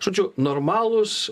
žodžiu normalūs